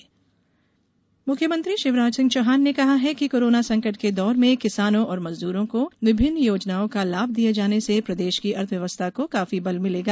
अर्थव्यवस्था मुख्यमंत्री शिवराज सिंह चौहान ने कहा है कि कोरोना संकट के दौर में किसानों और मजद्रों को विभिन्न योजनाओं का लाभ दिये जाने से प्रदेश की अर्थव्यवस्था को काफी बल मिलेगा